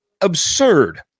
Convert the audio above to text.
absurd